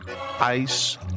Ice